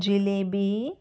jalebi